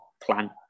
plan